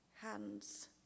Hands